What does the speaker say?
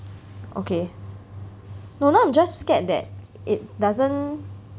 okay no now I'm just scared that it doesn't